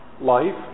life